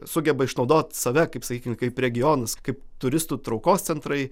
sugeba išnaudot save kaip sakykim kaip regionas kaip turistų traukos centrai